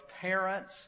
parents